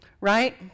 right